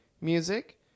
music